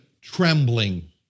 trembling